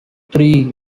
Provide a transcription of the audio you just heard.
three